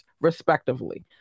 respectively